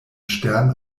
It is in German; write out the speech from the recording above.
stern